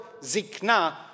zikna